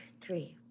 three